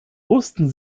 wussten